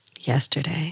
yesterday